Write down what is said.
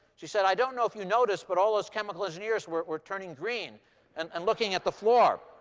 she said, i don't know if you noticed, but all those chemicals engineers were turning green and and looking at the floor.